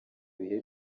bihe